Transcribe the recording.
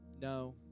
no